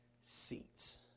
seats